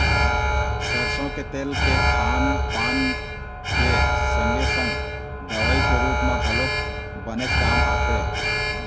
सरसो के तेल के खान पान के संगे संग दवई के रुप म घलोक बनेच काम आथे